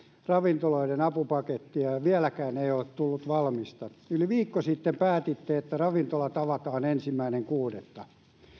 ravintoloiden apupakettia ja ja vieläkään ei ole tullut valmista yli viikko sitten päätitte että ravintolat avataan ensimmäinen kuudetta